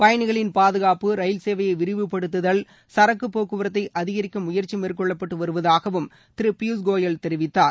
பயணிகளின் பாதுகாப்பு ரயில் சேவையை விரிவுப்படுத்துதல் சரக்குப் போக்குவரத்தை அதிகரிக்க முயற்சி மேற்கொள்ளப்பட்டு வருவதாகவும் திரு பியூஷ் கோயல் தெரிவித்தார்